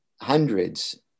hundreds